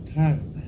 time